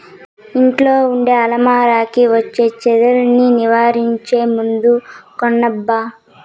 ఇంట్లో ఉండే అరమరలకి వచ్చే చెదల్ని నివారించే మందు కొనబ్బా